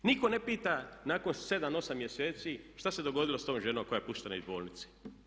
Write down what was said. Nitko ne pita nakon 7, 8 mjeseci šta se dogodilo sa tom ženom koja je puštena iz bolnice.